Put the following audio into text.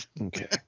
Okay